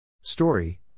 Story